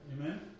Amen